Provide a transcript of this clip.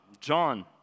John